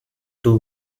too